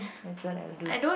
that's what I'll do